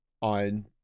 on